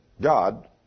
God